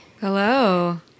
Hello